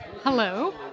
Hello